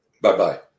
Bye-bye